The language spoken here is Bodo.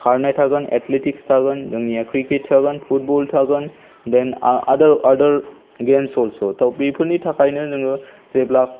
खारनाय थागोन एथलेटिक्स थागोन नोंनिया क्रिकेट थागोन फुटबल थागोन देन आडार आडार गेम्स अल्स' त' बेफोरनि थाखायनो नोङो जेब्ला